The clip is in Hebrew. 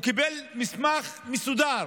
הוא קיבל מסמך מסודר